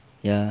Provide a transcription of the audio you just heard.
ya